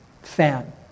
fan